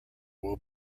will